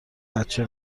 بچه